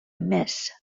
miss